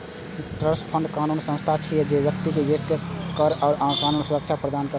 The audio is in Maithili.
ट्रस्ट फंड कानूनी संस्था छियै, जे व्यक्ति कें वित्तीय, कर आ कानूनी सुरक्षा प्रदान करै छै